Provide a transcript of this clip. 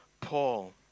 Paul